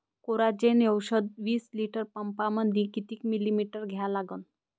Coragen औषध विस litre पंपामंदी किती मिलीमिटर घ्या लागन?